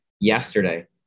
yesterday